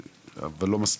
אבל עדיין לא מספיק.